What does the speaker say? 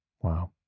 Wow